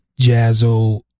Jazzo